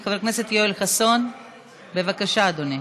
חבר הכנסת יואל חסון, בבקשה, אדוני.